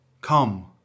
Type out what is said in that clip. Come